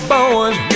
Boys